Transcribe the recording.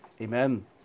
Amen